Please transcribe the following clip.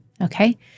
okay